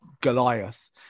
goliath